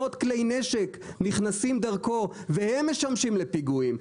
מאות כלי נשק נכנסים דרכו והם משמשים לפיגועים,